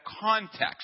context